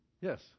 Yes